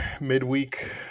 midweek